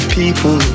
people